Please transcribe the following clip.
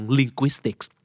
linguistics